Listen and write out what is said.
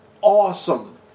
awesome